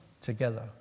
together